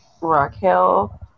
Raquel